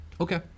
okay